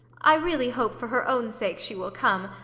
i really hope, for her own sake, she will come,